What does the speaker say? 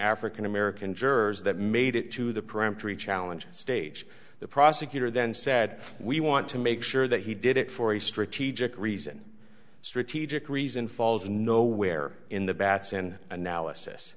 african american jurors that made it to the peremptory challenge stage the prosecutor then said we want to make sure that he did it for a strategic reason strategic reason falls nowhere in the